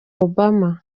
obama